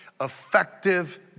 effective